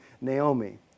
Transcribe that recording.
Naomi